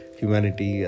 humanity